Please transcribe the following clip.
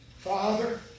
Father